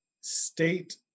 state